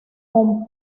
con